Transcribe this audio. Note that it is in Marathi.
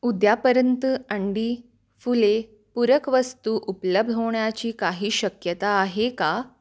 उद्यापर्यंत अंडी फुले पूरक वस्तू उपलब्ध होण्याची काही शक्यता आहे का